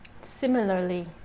Similarly